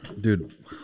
dude